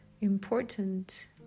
important